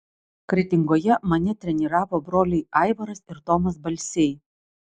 kretingoje mane treniravo broliai aivaras ir tomas balsiai